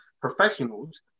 professionals